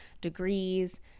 degrees